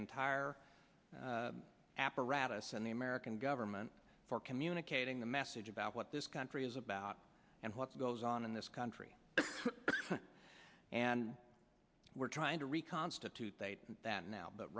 entire apparatus and the american government for communicating the message about what this country is about and what goes on in this country and we're trying to reconstitute that now but